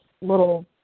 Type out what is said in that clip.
little